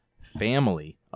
Family